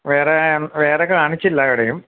വേറെ വേറെ കാണിച്ചില്ല എവിടെയും